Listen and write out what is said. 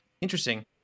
Interesting